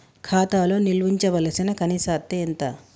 ఖాతా లో నిల్వుంచవలసిన కనీస అత్తే ఎంత?